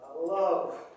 Love